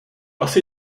asi